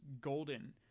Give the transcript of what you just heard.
golden